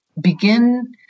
begin